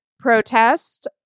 protest